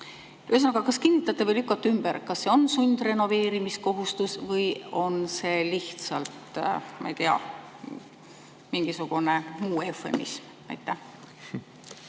Ühesõnaga, kas kinnitate või lükkate ümber: kas see on sundrenoveerimise kohustus või on see lihtsalt, ma ei tea, mingisugune muu eufemism? Aitäh!